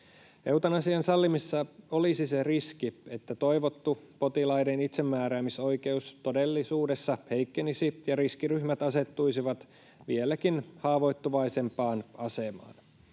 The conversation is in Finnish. Eutanasian sallimisessa olisi se riski, että toivottu potilaiden itsemääräämisoikeus todellisuudessa heikkenisi ja riskiryhmät asettuisivat vieläkin haavoittuvaisempaan asemaan.